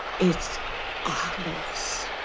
it's our loss.